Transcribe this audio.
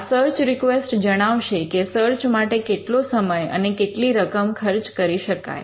આ search request જણાવશે કે સર્ચ માટે કેટલો સમય અને કેટલી રકમ ખર્ચ કરી શકાય